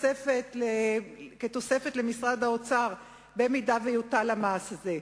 תוספת למשרד האוצר אם יוטל המס הזה.